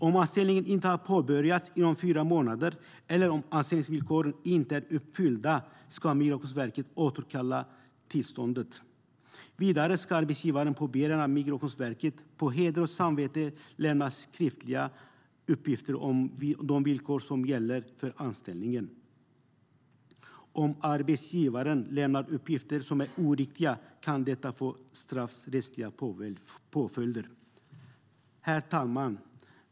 Om anställningen inte har påbörjats inom fyra månader, eller om anställningsvillkoren inte är uppfyllda, ska Migrationsverket återkalla tillståndet. Vidare ska arbetsgivare på begäran av Migrationsverket på heder och samvete lämna skriftliga uppgifter om de villkor som gäller för anställningen. Om arbetsgivaren lämnar uppgifter som är oriktiga kan detta få straffrättsliga påföljder. Herr talman!